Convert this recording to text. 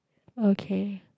okay